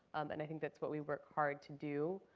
um and i think that's what we work hard to do.